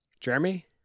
Jeremy